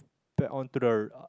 back onto the